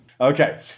Okay